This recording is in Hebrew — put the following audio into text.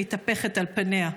שמתהפכת על פניה.